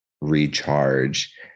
recharge